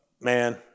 man